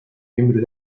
miembro